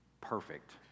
perfect